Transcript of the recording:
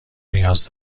نیاز